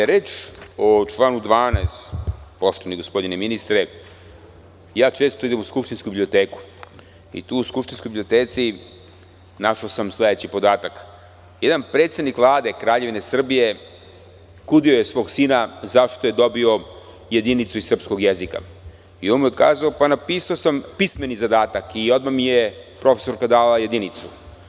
Kada je reč o članu 12. poštovani gospodine ministre, često idem u skupštinsku biblioteku i tu sam našao sledeći podatak – jedan predsednik Vlade Kraljevine Srbije kudio je svog sina zašto je dobio jedinicu iz srpskog jezika i on mu je kazao – napisao sam pismeni zadatak i odmah mi je profesorka dala jedinicu.